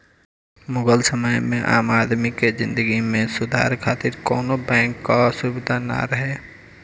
मुगल समय में आम आदमी के जिंदगी में सुधार खातिर कवनो बैंक कअ सुबिधा ना रहे